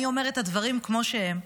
אני אומר את הדברים כמו שהם.